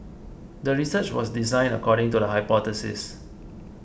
the research was designed according to the hypothesis